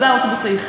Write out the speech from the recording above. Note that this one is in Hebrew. וזה האוטובוס היחידי,